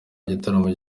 igitaramo